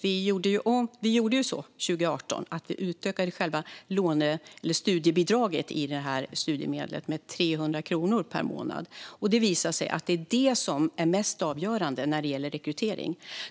Vi gjorde ju så 2018 att vi utökade själva studiebidraget i studiemedlet med 300 kronor per månad, och det har visat sig vara det mest avgörande när det gäller rekrytering.